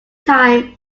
time